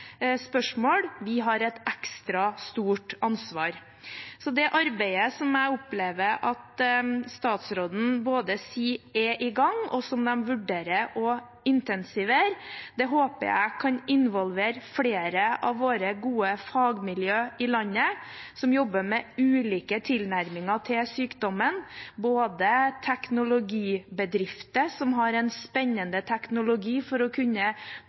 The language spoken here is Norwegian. spørsmål, har et ekstra stort ansvar. Det arbeidet som jeg opplever at statsråden sier er i gang, og som de vurderer å intensivere, håper jeg kan involvere flere av våre gode fagmiljø i landet som jobber med ulike tilnærminger til sykdommen – både teknologibedrifter som har en spennende teknologi for å kunne